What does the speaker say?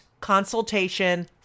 consultation